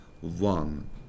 one